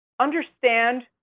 understand